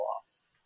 loss